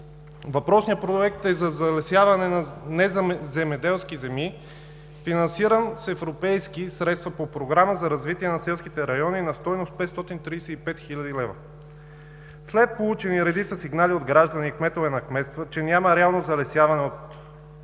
Въпросният проект е за залесяване на неземеделски земи, финансиран с европейски средства по Програма за развитие на селските райони на стойност 535 хил. лв. След получени редица сигнали от граждани и кметове на кметства, че няма реално залесяване по